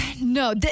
no